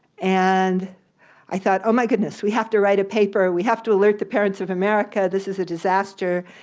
and i thought, oh my goodness, we have to write a paper. we have to alert the parents of america. this is a disaster.